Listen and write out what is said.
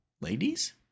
ladies